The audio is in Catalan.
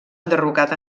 enderrocat